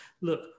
look